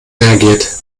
reagiert